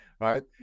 right